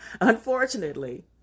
Unfortunately